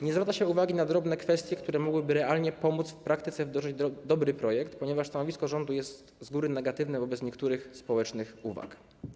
Nie zwraca się uwagi na drobne kwestie, które mogłyby realnie pomóc w praktyce wdrożyć dobry projekt, ponieważ stanowisko rządu jest z góry negatywne wobec niektórych społecznych uwag.